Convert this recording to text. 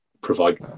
provide